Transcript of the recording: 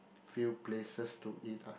few places to eat lah